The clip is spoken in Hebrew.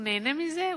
הוא נהנה מזה?